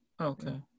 Okay